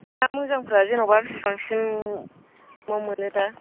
बे ना मोजांफोरा जेनेबा बेसेबांसिमाव मोनो दा